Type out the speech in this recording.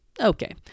okay